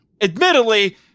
admittedly